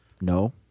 No